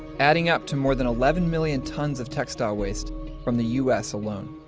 adding up to more than eleven million tons of textile waste from the u s. alone.